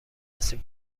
هستیم